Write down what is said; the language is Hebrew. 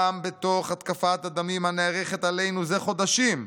גם בתוך התקפת הדמים הנערכת עלינו זה חדשים,